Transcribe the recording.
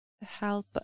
help